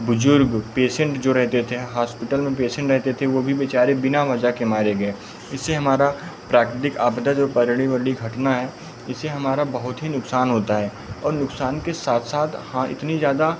बुज़ुर्ग पेसेन्ट जो रहते थे हॉस्पिटल में पेसेन्ट रहते थे वे भी बेचारे बिना वजह के मारे गए इससे हमारा प्राकृतिक आपदा जो पर्यावरणीय घटना है इसे हमारा बहुत ही नुक़सान होता है और नुक़सान के साथ साथ हाँ इतनी ज़्यादा